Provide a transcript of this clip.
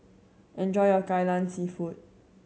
enjoy your Kai Lan Seafood